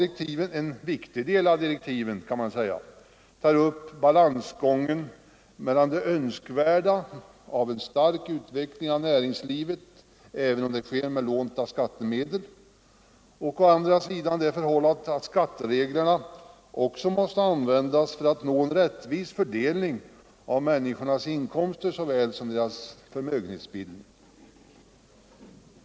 En viktig del av direktiven tar upp balansgången mellan det önskvärda i en stark utveckling av näringslivet, även om det sker med lånta skattemedel, och det förhållandet att skattereglerna också måste användas för att nå en rättvis fördelning av såväl människornas inkomster som deras förmögenheter.